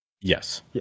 Yes